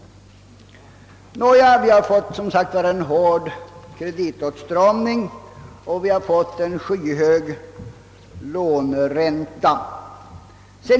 Vi har, som sagt, fått en hård kreditåtstramning, och vi har fått en skyhög låneränta.